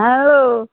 hello